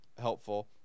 helpful